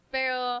Pero